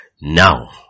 Now